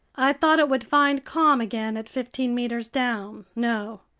i thought it would find calm again at fifteen meters down. no.